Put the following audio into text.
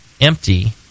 empty